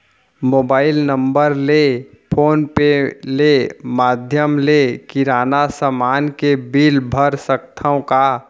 Mobile number ले phone पे ले माधयम ले किराना समान के बिल भर सकथव का?